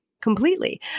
Completely